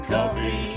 Coffee